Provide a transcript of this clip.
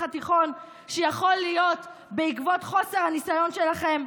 התיכון שיכול להיות בעקבות חוסר הניסיון שלכם?